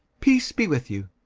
peace be with you!